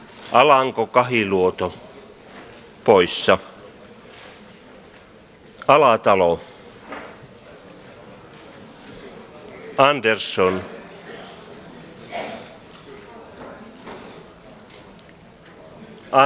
äänestyksen tulos luetaan